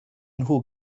nhw